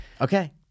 Okay